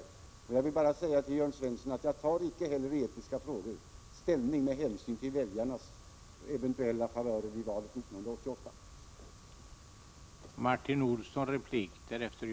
Till Jörn Svensson vill jag bara säga att jag i etiska frågor icke heller tar ställning med hänsyn till väljarnas eventuella sympatier i valet 1988.